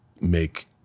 make